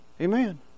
Amen